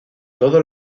todo